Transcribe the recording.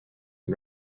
and